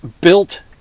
built